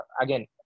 Again